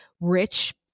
rich